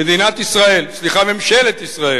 ממשלת ישראל